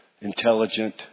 intelligent